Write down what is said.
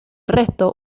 resto